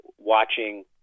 watching